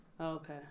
okay